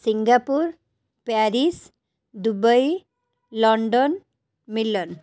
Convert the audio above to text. Singapore Paris Dubai London Milan